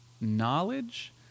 knowledge